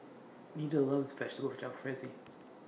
Nita loves Vegetable Jalfrezi